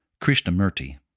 Krishnamurti